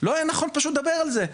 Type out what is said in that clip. לא היה נכון פשוט לדבר על זה?